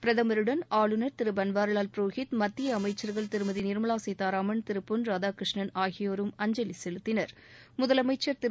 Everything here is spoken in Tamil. பிரதமருடன் திரு பன்வாரிலால் புரோஹித் மத்திய அமைச்சர்கள் திருமதி நிர்மலா சீதாராமன் திரு பொன் ராதாகிருஷ்ணன் ஆகியோரும் அஞ்சலி செலுத்தினர் முதலமைச்சர் திரு